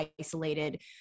isolated